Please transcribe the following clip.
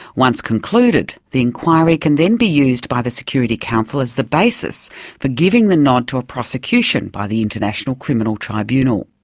once concluded, the inquiry can then be used by the security council as the basis for giving the nod to a prosecution by the international criminal tribunal.